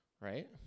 right